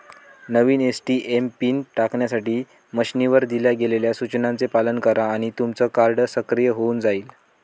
नवीन ATM PIN टाकण्यासाठी मशीनवर दिल्या गेलेल्या सूचनांचे पालन करा आणि तुमचं कार्ड सक्रिय होऊन जाईल